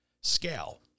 Scale